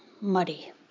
muddy